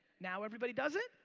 now everybody does it,